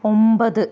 ഒമ്പത്